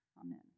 Amen